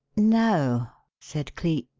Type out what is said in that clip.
no, said cleek,